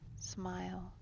smile